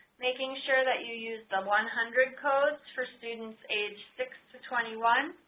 making sure that you use the one hundred codes for students aged six to twenty one